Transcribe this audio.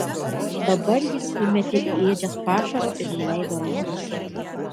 dabar jis įmetė į ėdžias pašaro ir nuleido rankas